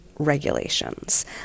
regulations